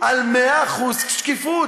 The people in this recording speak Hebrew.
שקיפות, על 100% שקיפות.